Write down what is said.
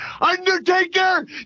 Undertaker